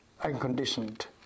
unconditioned